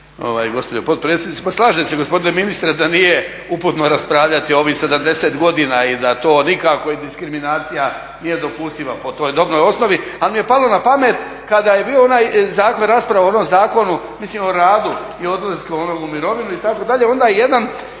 slažem se gospodine ministre da nije uputno raspravljati ovih 70 godina i da to nikako i diskriminacija nije dopustiva po toj dobnoj osnovi, ali mi je palo na pamet kada je bila rasprava o onom zakonu mislim o radu i odlaska u mirovinu onda je jedan